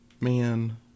Man